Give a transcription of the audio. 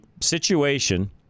situation